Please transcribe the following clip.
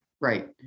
right